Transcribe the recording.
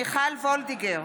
מיכל וולדיגר,